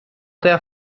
der